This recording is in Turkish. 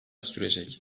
sürecek